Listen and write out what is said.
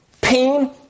Pain